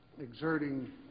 exerting